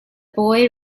boy